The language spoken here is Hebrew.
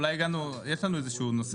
יש לנו איזשהו נושא.